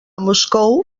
moscou